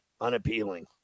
unappealing